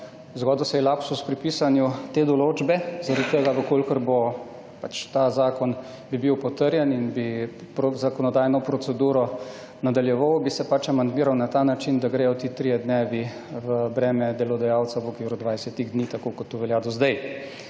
Zgodil se je lapsus pri pisanju te določbe. Zaradi tega v kolikor bo pač ta zakon bi bil potrjen in bi zakonodajno proceduro nadaljeval bi se pač amandmiral na ta način, da gredo ti trije dnevi v breme delodajalca v okviru 20 dni, tako kot to velja do sedaj.